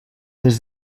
des